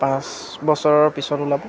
পাঁচ বছৰৰ পিছত ওলাব